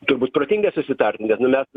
turbūt protinga susitarti nes nu mes